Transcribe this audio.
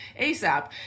ASAP